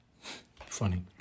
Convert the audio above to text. Funny